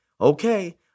okay